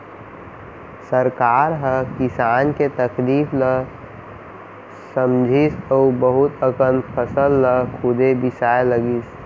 सरकार ह किसान के तकलीफ ल समझिस अउ बहुत अकन फसल ल खुदे बिसाए लगिस